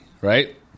right